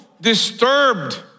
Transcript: disturbed